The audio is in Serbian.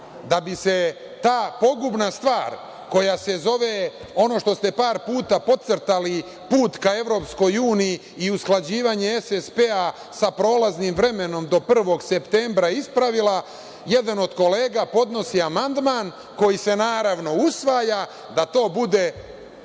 da bi se ta pogubna stvar koja se zove, ono što ste par puta podcrtali put ka EU i usklađivanje SSP sa prolaznim vremenom do 1. septembra, ispravila, jedan od kolega podnosi amandman koji se naravno, usvaja da to bude